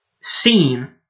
seen